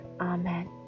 amen